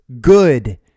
good